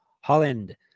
Holland